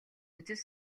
үзэл